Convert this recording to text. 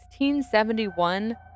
1671